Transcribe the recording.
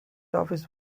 office